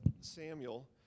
Samuel